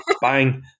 bang